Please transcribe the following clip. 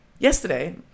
Yesterday